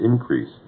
increase